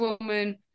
woman